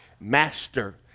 master